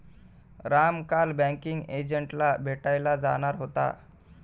राम काल बँकिंग एजंटला भेटायला जाणार होता